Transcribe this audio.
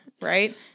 right